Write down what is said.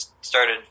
started